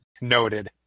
Noted